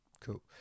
Cool